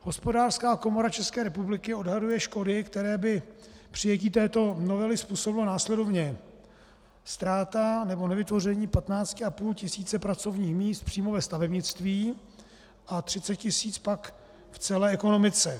Hospodářská komora České republiky odhaduje škody, které by přijetí této novely způsobilo, následovně: ztráta nebo nevytvoření 15 500 pracovních míst přímo ve stavebnictví a 30 000 pak v celé ekonomice.